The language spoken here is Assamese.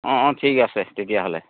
অ' অ' ঠিক আছে তেতিয়াহ'লে